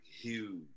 huge